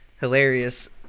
hilarious